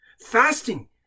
Fasting